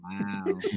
Wow